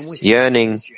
yearning